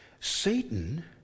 Satan